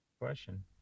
question